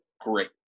great